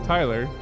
Tyler